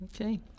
Okay